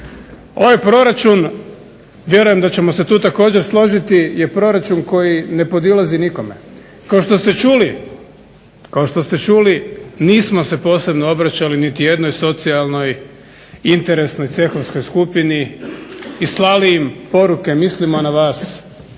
Ovaj proračun vjerujem da ćemo se tu također složiti je proračun koji ne podilazi nikome. Kao što ste čuli, kao što ste čuli nismo se posebno obraćali niti jednoj socijalnoj interesnoj cehovskoj skupini i slali im poruke, mislimo na vas,